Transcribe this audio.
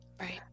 Right